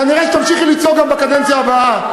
כנראה תמשיכי לצעוק גם בקדנציה הבאה,